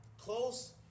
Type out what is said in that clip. close